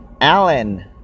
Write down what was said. Alan